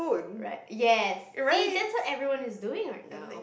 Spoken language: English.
right yes see that's what everyone is doing right now